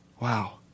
Wow